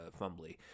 fumbly